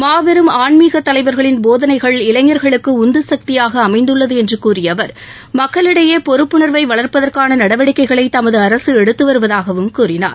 மாபெரும் ஆன்மீகத் தலைவர்களின் போதனைகள் இளைஞர்களுக்கு உந்துசக்தியாக அமைந்துள்ளது என்று கூறிய அவர் மக்களிடையே பொறுப்புணர்வை வளர்ப்பதற்கான நடவடிக்கைகளை தமது அரசு எடுத்து வருவதாகவும் கூறினார்